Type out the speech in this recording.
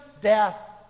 death